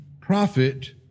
prophet